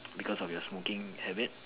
because of your smoking habit